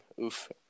oof